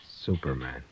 Superman